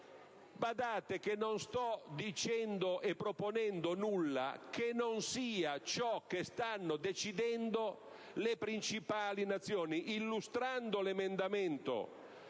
Badate che non sto dicendo e proponendo nulla che non sia ciò che stanno decidendo le principali Nazioni. Illustrando l'emendamento